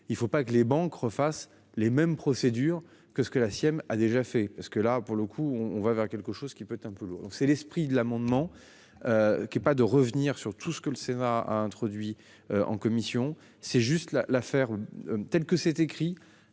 il ne faut pas que les banques refasse les mêmes procédures que ce que la sienne a déjà fait parce que là pour le coup, on va vers quelque chose qui peut un peu lourd. C'est l'esprit de l'amendement. Qui est pas de revenir sur tout ce que le Sénat a introduit en commission c'est juste là l'affaire. Telle que c'est écrit